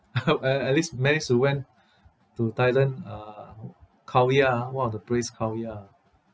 uh at least managed to went to thailand uh khao yai one of the place khao yai